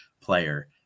player